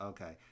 Okay